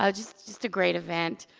ah just just a great event.